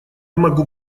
могу